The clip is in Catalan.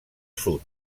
sud